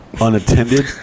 unattended